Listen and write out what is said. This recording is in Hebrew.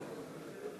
ראשונה.